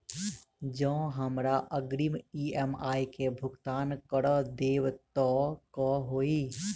जँ हमरा अग्रिम ई.एम.आई केँ भुगतान करऽ देब तऽ कऽ होइ?